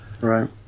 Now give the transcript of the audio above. Right